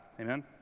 amen